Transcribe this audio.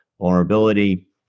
vulnerability